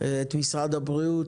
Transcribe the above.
את משרד הבריאות,